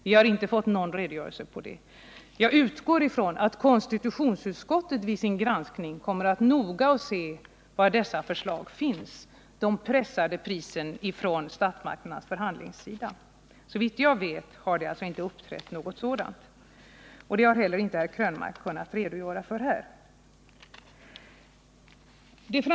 Vi har inte fått någon redogörelse, men jag utgår ifrån att konstitutionsutskottet vid sin granskning noga kommer att undersöka var dessa förslag om pressade priser från statsmakternas förhandlares sida finns. Såvitt jag vet finns inte någonting sådant. Herr Krönmark har inte heller kunnat visa detta i den här debatten.